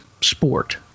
sport